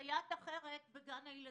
בסייעת אחרת בגן ילדים.